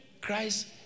Christ